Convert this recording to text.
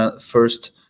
first